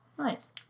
nice